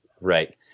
right